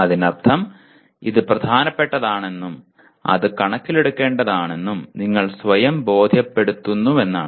അതിനർത്ഥം ഇത് പ്രധാനപ്പെട്ടതാണെന്നും അത് കണക്കിലെടുക്കേണ്ടതുണ്ടെന്നും നിങ്ങൾ സ്വയം ബോധ്യപ്പെടുത്തുന്നുവെന്നാണ്